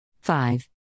five